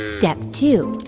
step two,